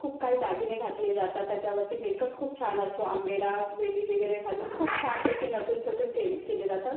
खूप काही दागिने घातले जातात त्याच्यावरती मेकप खूप छान असतो अंबाडा वेणी वगैरे घालून खूप छानपैकी नटून थटून केल केले जातात